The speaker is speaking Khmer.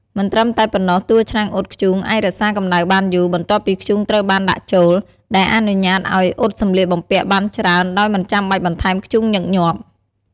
មិនត្រឹមតែប៉ុណ្ណោះ តួឆ្នាំងអ៊ុតធ្យូងអាចរក្សាកម្ដៅបានយូរ បន្ទាប់ពីធ្យូងត្រូវបានដាក់ចូល ដែលអនុញ្ញាតឲ្យអ៊ុតសម្លៀកបំពាក់បានច្រើនដោយមិនចាំបាច់បន្ថែមធ្យូងញឹកញាប់។